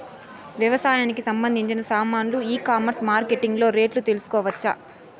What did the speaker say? వ్యవసాయానికి సంబంధించిన సామాన్లు ఈ కామర్స్ మార్కెటింగ్ లో రేట్లు తెలుసుకోవచ్చా?